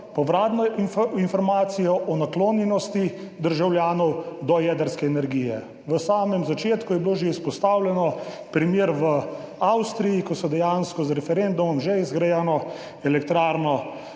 povratno informacijo o naklonjenosti državljanov do jedrske energije. Na samem začetku je bil že izpostavljen primer v Avstriji, ko so dejansko z referendumom že zgrajeno elektrarno